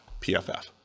PFF